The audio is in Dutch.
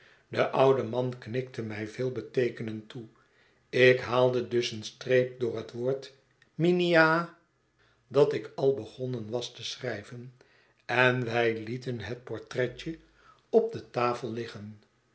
de oude man knikte mij veel beteekenend toe ik haalde dus een streep door het woord minia dat ik al begonnen was te schrljven en wij lieten het portretje op de tafel liggen